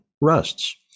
rusts